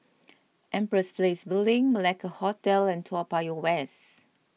Empress Place Building Malacca Hotel and Toa Payoh West